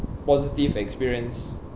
positive experience